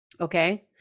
Okay